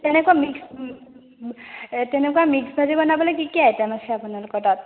তেনেকুৱা মিক্স তেনেকুৱা মিক্স ভাজি বনাবলৈ কি কি আইটেম আছে আপোনালোকৰ তাত